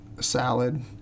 salad